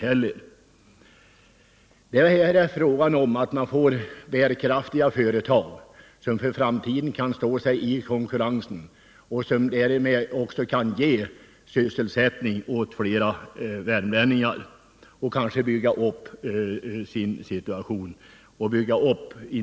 Vad det är fråga om är att skapa bärkraftiga företag, som kan stå sig i konkurrensen i framtiden och som därmed också kan ge sysselsättning inom industrin åt flera värmlänningar än nu.